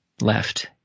left